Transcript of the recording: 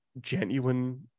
genuine